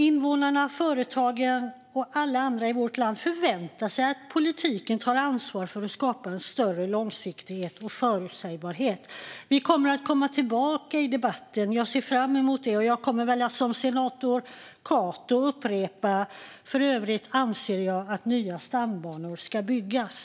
Invånarna, företagen och alla andra i vårt land förväntar sig att politiken tar ansvar för att skapa större långsiktighet och förutsägbarhet. Vi kommer att komma tillbaka till debatten. Jag ser fram emot det. Och jag kommer, liksom senator Cato, att upprepa: För övrigt anser jag att nya stambanor ska byggas.